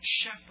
shepherd